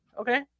okay